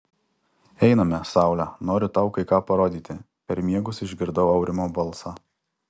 einame saule noriu tau kai ką parodyti per miegus išgirdau aurimo balsą